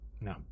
No